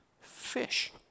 fish